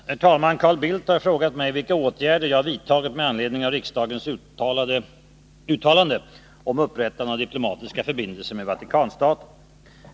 Herr talman! Carl Bildt har frågat mig vilka åtgärder jag har vidtagit med anledning av riksdagens uttalande om upprättande av diplomatiska förbindelser med Vatikanstaten.